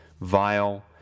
vile